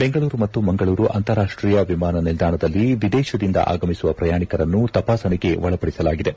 ಬೆಂಗಳೂರು ಮತ್ತು ಮಂಗಳೂರು ಆಂತಾರಾಷ್ಷೀಯ ವಿಮಾನ ನಿಲ್ದಾಣದಲ್ಲಿ ವಿದೇಶದಿಂದ ಆಗಮಿಸುವ ಪ್ರಯಾಣಿಕರನ್ನು ತಪಾರ್ಸಣೆಗೆ ಒಳಪಡಿಸಲಾಗಿದೆ